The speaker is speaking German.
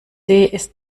ist